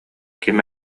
ким